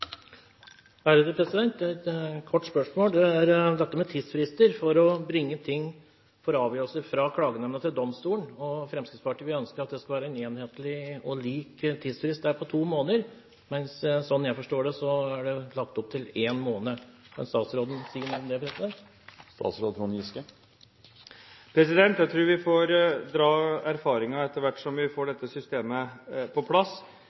et kort spørsmål. Det gjelder dette med tidsfrister for å bringe inn avgjørelser fra Klagenemnda for domstolene. Fremskrittspartiet ønsker at det der skal være en enhetlig og lik tidsfrist på to måneder, men slik jeg forstår det, er det lagt opp til én måned. Kan statsråden si noe om det? Jeg tror vi får dra erfaringer etter hvert som vi får dette systemet på plass.